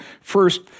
First